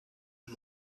and